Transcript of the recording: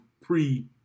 pre